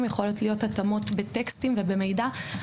הן יכולות להיות התאמות בטקסטים ובמידע,